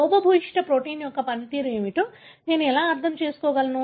లోపభూయిష్ట ప్రోటీన్ యొక్క పనితీరు ఏమిటో నేను ఎలా అర్థం చేసుకోగలను